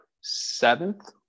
seventh